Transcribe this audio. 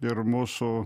ir mūsų